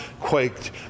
quaked